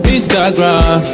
Instagram